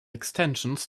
extensions